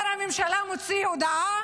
ראש הממשלה מוציא הודעה